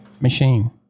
machine